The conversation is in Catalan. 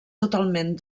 totalment